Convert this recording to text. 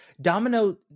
Domino